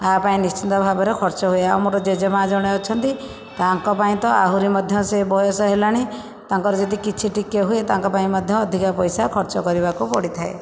ଆ ପାଇଁ ନିଶ୍ଚିନ୍ତ ଭାବରେ ଖର୍ଚ୍ଚ ହୁଏ ଆଉ ମୋର ଜେଜେ ମା ଜଣେ ଅଛନ୍ତି ତାଙ୍କ ପାଇଁ ତ ଆହୁରି ମଧ୍ୟ ସେ ବୟସ ହେଲାଣି ତାଙ୍କର ଯଦି କିଛି ଟିକେ ହୁଏ ତାଙ୍କ ପାଇଁ ମଧ୍ୟ ଅଧିକା ପଇସା ଖର୍ଚ୍ଚ କରିବାକୁ ପଡ଼ିଥାଏ